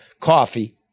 coffee